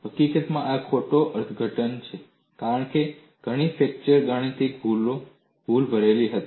હકીકતમાં આ ખોટા અર્થઘટનને કારણે ઘણી ફ્રેક્ચર ગણતરીઓ ભૂલભરેલી હતી